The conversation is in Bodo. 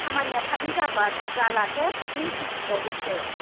खामानिया थाबैनो जाब्ला जालाथ' थाबैनो फैफिनबावगोनसो